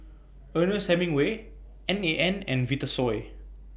Ernest Hemingway N A N and Vitasoy